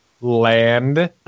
land